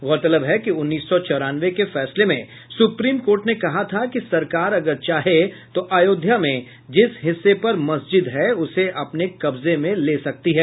गौरतलब है कि उन्नीस सौ चौरानवे के फैसले में सुप्रीम कोर्ट ने कहा था कि सरकार अगर चाहे तो अयोध्या में जिस हिस्से पर मस्जिद है उसे अपने कब्जे में ले सकती है